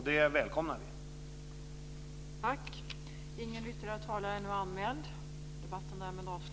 Det välkomnar vi.